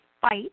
fight